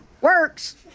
works